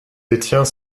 détient